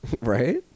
Right